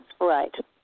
Right